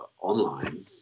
online